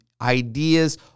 ideas